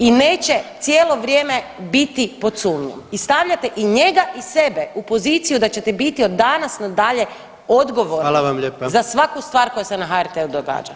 I neće cijelo vrijeme biti pod sumnjom i stavljate i njega i sebe u poziciju da ćete biti od danas na dalje odgovorni za svaku stvar koja se na HRT-u događa.